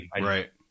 Right